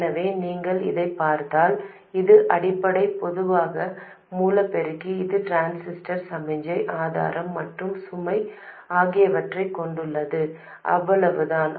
எனவே நீங்கள் இதைப் பார்த்தால் இது அடிப்படை பொதுவான மூல பெருக்கி இது டிரான்சிஸ்டர் சமிக்ஞை ஆதாரம் மற்றும் சுமை ஆகியவற்றைக் கொண்டுள்ளது அவ்வளவு தான்